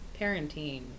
Parenting